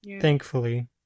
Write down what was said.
Thankfully